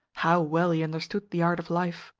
how well he understood the art of life